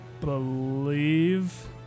believe